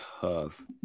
tough